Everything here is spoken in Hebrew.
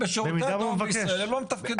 שירותי הדואר בישראל לא מתפקדים.